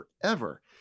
forever